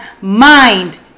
mind